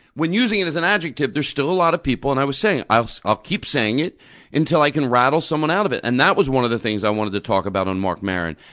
when using it as an adjective, there's still a lot of people and i was saying, i'll keep saying it until i can rattle someone out of it, and that was one of the things i wanted to talk about on mark maron.